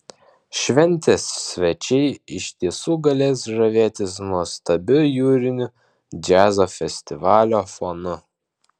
šventės svečiai iš tiesų galės žavėtis nuostabiu jūriniu džiazo festivalio fonu